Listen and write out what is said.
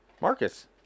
Marcus